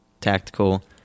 tactical